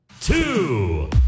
Two